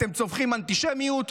אתם צווחים "אנטישמיות".